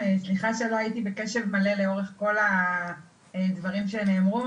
סליחה שלא הייתי בקשב מלא לאורך כל הדברים שנאמרו,